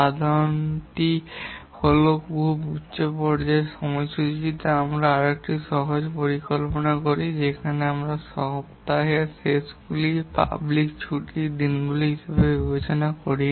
ধারণাটি হল খুব উচ্চ পর্যায়ের সময়সূচীতে আমরা একটি সহজ পরিকল্পনা করি যেখানে আমরা সপ্তাহের শেষগুলি পাবলিক ছুটির দিনগুলি ইত্যাদি বিবেচনা করি না